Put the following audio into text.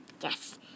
Yes